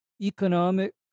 economic